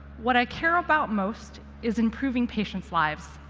what i care about most is improving patients' lives.